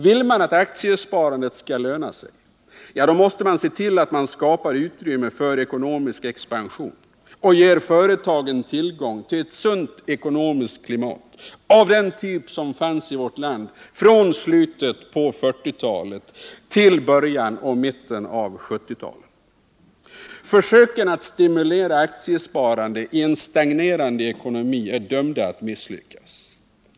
Vill man att aktiesparande skall löna sig, då måste man se till att skapa utrymme för ekonomisk expansion och ge företagen tillgång till ett sunt ekonomiskt klimat av den typ som fanns i vårt land från slutet av 1940-talet till början och mitten av 1970-talet. Försöken att stimulera aktiesparande i en stagnerande ekonomi är dömda att misslyckas.